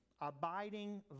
Abiding